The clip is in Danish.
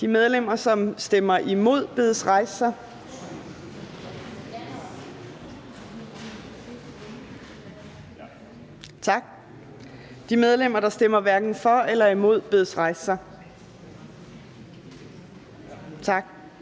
De medlemmer, der stemmer imod, bedes rejse sig. Tak. De medlemmer, der stemmer hverken for eller imod, bedes rejse sig. Tak.